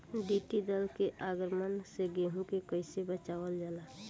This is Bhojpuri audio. टिडी दल के आक्रमण से गेहूँ के कइसे बचावल जाला?